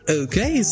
okay